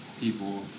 people